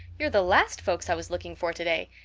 you're the last folks i was looking for today,